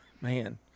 Man